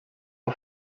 for